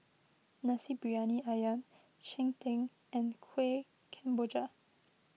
Nasi Briyani Ayam Cheng Tng and Kuih Kemboja